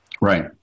Right